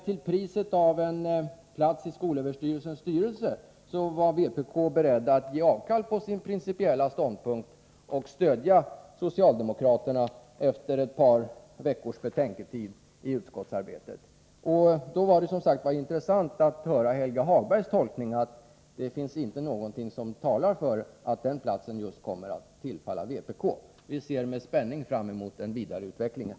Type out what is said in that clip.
Till priset av en plats i skolöverstyrelsens styrelse var dock vpk, efter ett par veckors betänketid i utskottsarbetet, berett att ge avkall på sin principiella ståndpunkt och stödja socialdemokraterna. Det var mot den bakgrunden intressant att höra Helge Hagbergs uppgift att ingenting talar för att den aktuella platsen kommer att tillfalla just vpk. Vi ser med spänning fram emot den vidare utvecklingen.